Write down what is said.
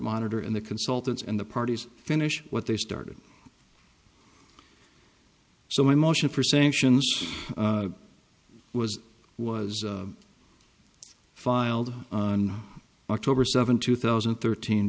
monitor and the consultants and the parties finish what they started so my motion for sanctions was was filed on october seventh two thousand and thirteen